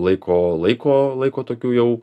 laiko laiko laiko tokių jau